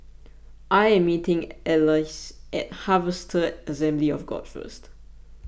I am meeting Alize at Harvester Assembly of God First